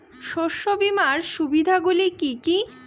শস্য বীমার সুবিধা গুলি কি কি?